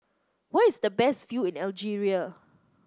where is the best view in Algeria